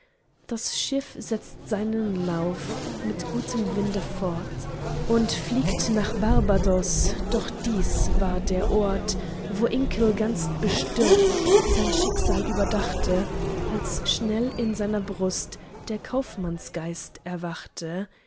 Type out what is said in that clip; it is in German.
das schiff setzt seinen lauf mit gutem winde fort und fliegt nach barbados doch dieses war der ort wo inkle ganz bestürzt sein schicksal überdachte als schnell in seiner brust der kaufmannsgeist erwachte